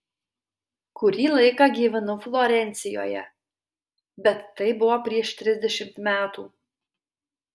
kurį laiką gyvenau florencijoje bet tai buvo prieš trisdešimt metų